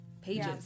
Pages